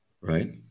right